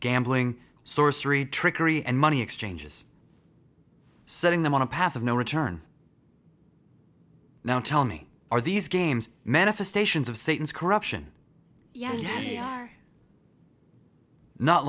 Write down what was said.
gambling sorcery trickery and money exchanges setting them on a path of no return now tell me are these games manifestations of satan's corruption yeah